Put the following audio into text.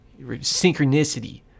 Synchronicity